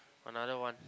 another one